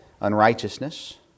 unrighteousness